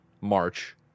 March